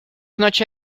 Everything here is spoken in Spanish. noche